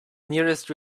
nearest